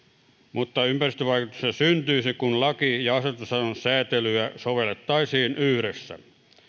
mutta ympäristövaikutuksia syntyisi kun laki ja asetustason sääntelyä sovellettaisiin yhdessä